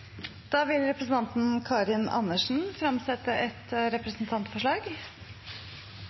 Da har representanten Karin Andersen